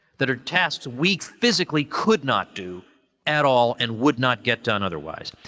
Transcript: that are tasks we physically could not do at all, and would not get done, otherwise.